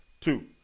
Two